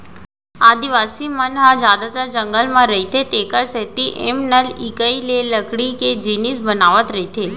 आदिवासी मन ह जादातर जंगल म रहिथे तेखरे सेती एमनलइकई ले लकड़ी के जिनिस बनावत रइथें